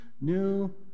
new